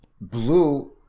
Blue